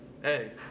Hey